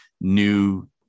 new